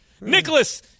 Nicholas